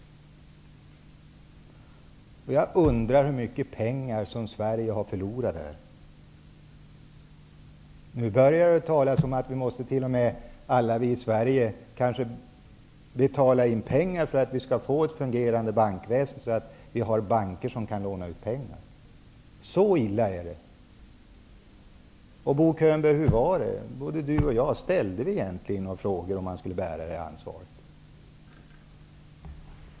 Jag undrar hur mycket pengar Sverige har förlorat på det. Nu börjar det talas om att alla vi i Sverige kanske måste betala in pengar för att vi skall få ett fungerande bankväsen, så att vi har banker som kan låna ut pengar. Så illa är det. Hur var det, Bo Könberg? Ställde vi, Bo Könberg och jag, några frågor om hur man skulle bära ansvaret?